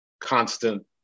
constant